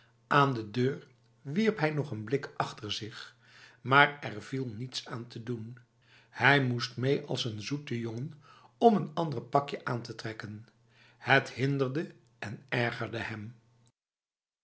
aan de deur wierp hij nog een blik achter zich maar er viel niets aan te doen hij moest mee als een zoete jongen om een ander pakje aan te trekken het hinderde en ergerde hem